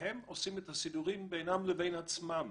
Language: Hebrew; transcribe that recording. והם עושים את הסידורים בינם לבין עצמם,